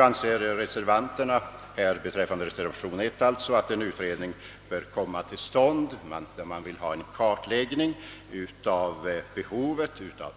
De reservanter som står för reservation I anser att en kartläggning bör göras beträffande behovet